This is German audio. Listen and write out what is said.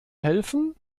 helfen